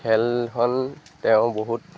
খেলখন তেওঁ বহুত